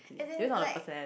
as in like